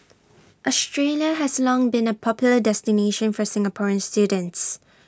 Australia has long been A popular destination for Singaporean students